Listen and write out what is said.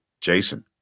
Jason